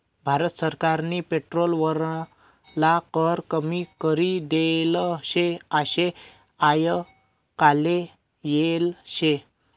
भारत सरकारनी पेट्रोल वरला कर कमी करी देल शे आशे आयकाले येल शे